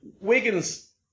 Wiggins